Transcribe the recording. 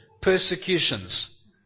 persecutions